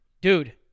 dude